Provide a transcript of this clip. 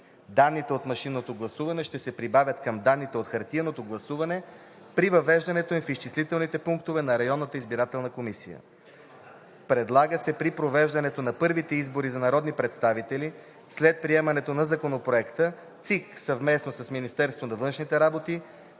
Данните от машинното гласуване ще се прибавят към данните от хартиеното гласуване при въвеждането им в изчислителните пунктове на районната избирателна комисия. Предлага се при провеждането на първите избори за народни представители след приемането на законопроекта ЦИК, съвместно с Министерството на външните работи,